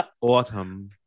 autumn